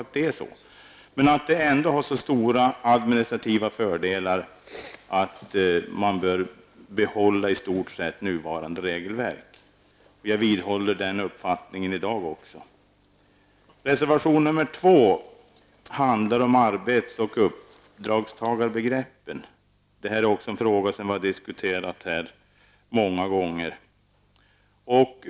Men nuvarande system har ändå så stora administrativa fördelar att man i stort sett bör behålla nuvarande regelverk. Den uppfattningen vidhåller jag. Reservation 2 handlar om arbets och uppdragstagarbegreppen. Också den frågan har diskuterats många gånger här i kammaren.